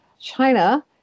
China